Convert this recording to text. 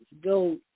Go